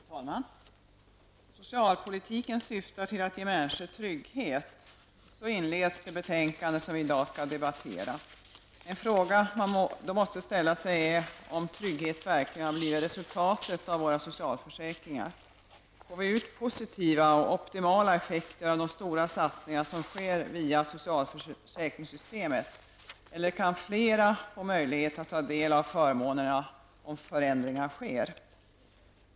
Fru talman! ''Socialpolitiken syftar till att ge människor trygghet.'' Så inleds det betänkande som vi i dag skall debattera. En fråga man då måste ställa sig är om trygghet verkligen har blivit resultatet av våra socialförsäkringar. Får vi ut positiva och optimala effekter av de stora satsningar som sker via socialförsäkringssystemet eller kan flera få möjlighet att ta del av förmånerna om förändringar sker?